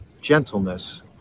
gentleness